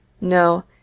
No